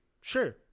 Sure